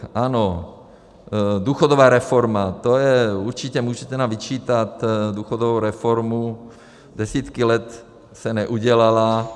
Ano, důchodová reforma, to je určitě, můžete nám vyčítat důchodovou reformu, desítky let se neudělala.